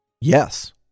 Yes